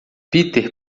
peter